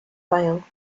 file